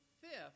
fifth